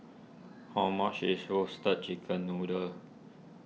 how much is Roasted Chicken Noodle